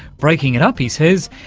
breaking it up, he says,